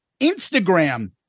Instagram